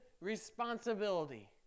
responsibility